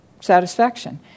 satisfaction